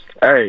Hey